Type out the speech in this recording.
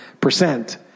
percent